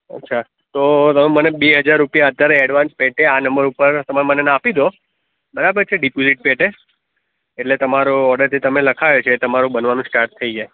અચ્છા તો તમે મને બે હજાર રૂપિયા અત્યારે એડવાન્સ પેટે આ નંબર ઉપર તમે મને આપી દો બરાબર છે ડીપોઝિટ પેટે એટલે તમારો ઓર્ડર જે તમે લખાયો છે એ તમારો બનવાનું સ્ટાર્ટ થઇ જાય